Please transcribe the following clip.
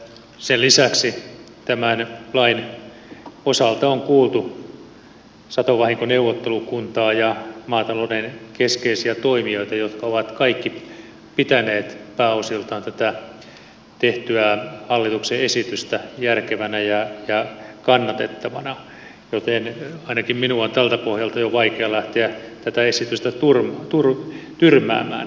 sen lisäksi tämän lain osalta on kuultu satovahinkoneuvottelukuntaa ja maatalouden keskeisiä toimijoita jotka ovat kaikki pitäneet pääosiltaan tätä tehtyä hallituksen esitystä järkevänä ja kannatettavana joten ainakin minun on jo tältä pohjalta vaikea lähteä tätä esitystä tyrmäämään